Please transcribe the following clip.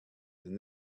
and